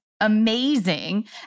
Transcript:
amazing